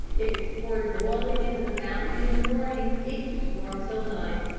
if it's poured boiling into the fountains in the morning, it keeps warm till night.